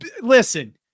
Listen